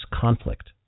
conflict